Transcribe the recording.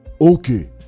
Okay